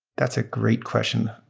that's a great question.